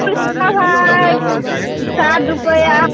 फूल सभ है साठि रुपैआ